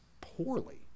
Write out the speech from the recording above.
poorly